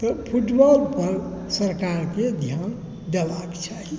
football पर सरकारकेँ ध्यान देबाक छै